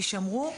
יישמרו,